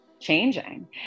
changing